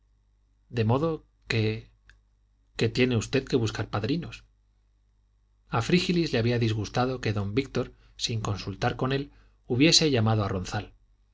de modo que que tiene usted que buscar padrinos a frígilis le había disgustado que don víctor sin consultar con él hubiese llamado a ronzal